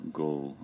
goal